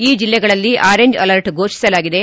ಈ ಜಿಲ್ಲೆಗಳಲ್ಲಿ orange alert ಫೋಷಿಸಲಾಗಿದೆ